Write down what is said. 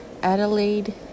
Adelaide